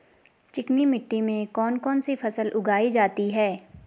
चिकनी मिट्टी में कौन कौन सी फसल उगाई जाती है?